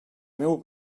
meu